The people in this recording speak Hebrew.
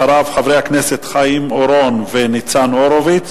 אחריו, חברי הכנסת חיים אורון וניצן הורוביץ,